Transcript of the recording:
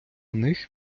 них